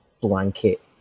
blanket